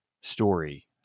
story